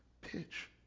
pitch